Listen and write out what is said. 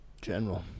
General